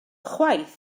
chwaith